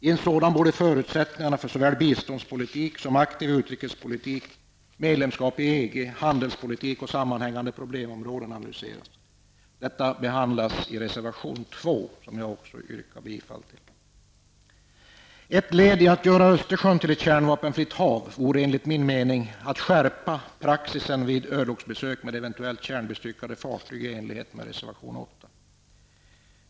I en sådan borde förutsättningarna för såväl biståndspolitik som aktiv utrikespolitik, medlemskap i EG, handelspolitik och sammanhängande problemområden analyseras. Detta behandlas i reservation nr 2, som jag också yrkar bifall till. Ett led i att göra Östersjön till ett kärnvapenfritt hav vore enligt min mening att skärpa praxisen vid örlogsbesök med eventuellt kärnbestyckade fartyg i enlighet med reservation nr 8.